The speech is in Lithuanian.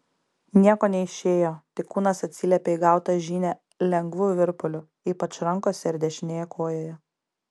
nieko neišėjo tik kūnas atsiliepė į gautą žinią lengvu virpuliu ypač rankose ir dešinėje kojoje